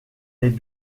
les